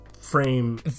frame